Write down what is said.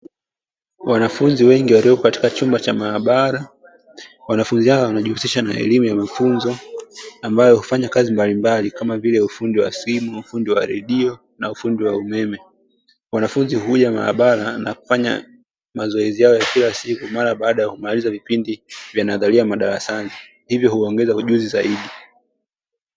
Wanafunzi wengi walio katika chumba cha maabara, wanafunzi hawa wanajihusisha na elimu ya mafunzo ambayo hufanya kazi mbalimbali kama vile ufundi wa simu, ufundi wa redio na ufundi wa umeme. Wanafunzi huja maabara na kufanya mazoezi haya kila siku mara baada ya kumaliza vipindi vya nadharia madarasani, hivyo huongeza ujuzi zaidi.